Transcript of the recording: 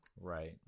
Right